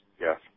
Yes